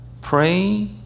Pray